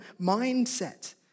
mindset